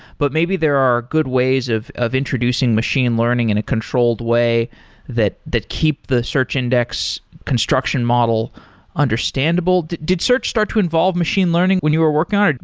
but maybe there are good ways of of introducing machine learning in a controlled way that that keep the search index construction model understandable. did search start to involve machine learning when you were working on it?